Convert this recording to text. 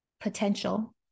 potential